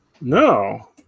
No